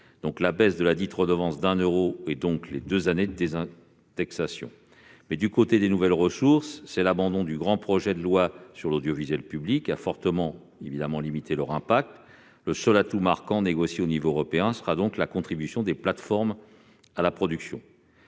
soit la diminution de ladite redevance de 1 euro et les deux années de désindexation. Mais du côté des nouvelles ressources, l'abandon du grand projet de loi sur l'audiovisuel public a fortement limité leur impact. Le seul atout marquant, négocié à l'échelon européen, sera donc la contribution des plateformes à la production.